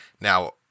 Now